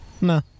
No